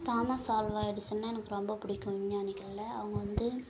Thomas Alva எடிசன்னா எனக்கு ரொம்ப பிடிக்கும் விஞ்ஞானிகளில் அவங்க வந்து